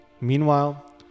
Meanwhile